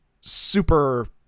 super